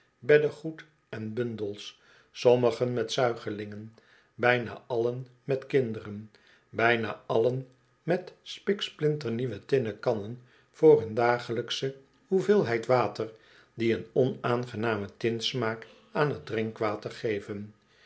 beddegoed en bundels sommigen met zuigelingen bijna allen met kinderen bijna allen met spiksplinternieuwe tinnen kannen voor hun dagelijksche hoeveelheid water die een onaangenamen tinsmaak aan t drinkwater geven